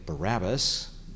Barabbas